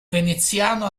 veneziano